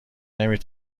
نمی